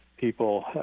People